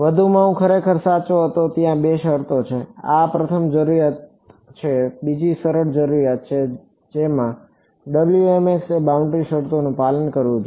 વધુમાં હું ખરેખર સાચો હતો ત્યાં બે શરતો છે આ પ્રથમ જરૂરિયાત છે બીજી સરળ જરૂરિયાત છે જે Wmx એ બાઉન્ડ્રીની શરતોનું પાલન કરવું જોઈએ